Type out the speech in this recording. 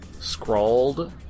scrawled